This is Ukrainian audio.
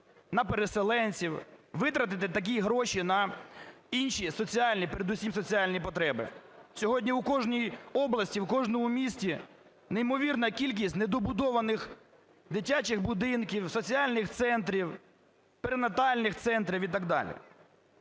на переселенців, витратити такі гроші на інші соціальні, передусім соціальні потреби. Сьогодні в кожній області, в кожному місті неймовірна кількість недобудованих дитячих будинків, соціальних центрів, перинатальних центрів і так далі.